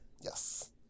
Yes